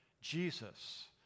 Jesus